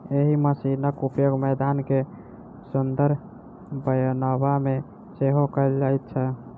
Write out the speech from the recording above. एहि मशीनक उपयोग मैदान के सुंदर बनयबा मे सेहो कयल जाइत छै